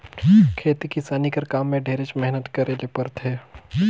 खेती किसानी कर काम में ढेरेच मेहनत करे ले परथे